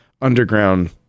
underground